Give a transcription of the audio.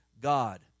God